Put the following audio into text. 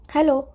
Hello